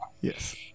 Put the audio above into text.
Yes